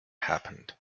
happened